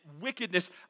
wickedness